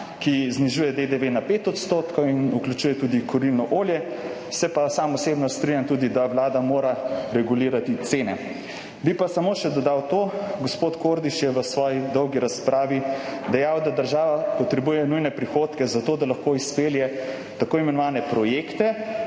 ki znižuje DDV na 5 % in vključuje tudi kurilno olje. Se pa sam osebno strinjam tudi, da vlada mora regulirati cene. Bi pa samo še dodal to. Gospod Kordiš je v svoji dolgi razpravi dejal, da država potrebuje nujne prihodke za to, da lahko izpelje tako imenovane projekte,